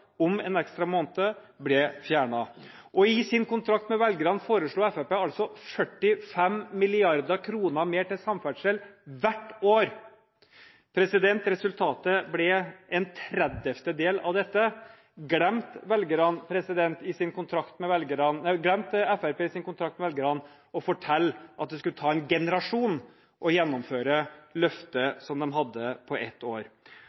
om en ekstra måned, ble fjernet. I sin kontrakt med velgerne foreslo Fremskrittspartiet altså 45 mrd. kr mer til samferdsel hvert år. Resultatet ble en trettiendedel av dette. Glemte Fremskrittspartiet i sin kontrakt med velgerne å fortelle at det skulle ta en generasjon å gjennomføre løftet som de hadde på ett år?